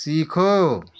सीखो